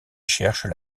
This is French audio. cherchent